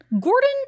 Gordon